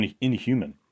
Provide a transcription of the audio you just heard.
inhuman